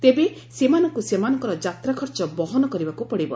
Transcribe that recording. ତେବେ ସେମାନଙ୍କୁ ସେମାନଙ୍କର ଯାତ୍ରା ଖର୍ଚ୍ଚ ବହନ କରିବାକୁ ପଡ଼ିବ